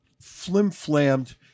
flim-flammed